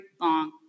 long